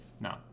No